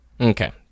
okay